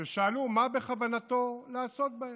ושאלו מה בכוונתו לעשות בהם.